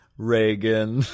Reagan